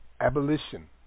Abolition